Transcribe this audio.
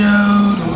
out